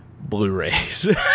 Blu-rays